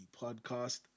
podcast